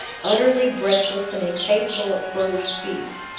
utterly breathless and incapable of further speech.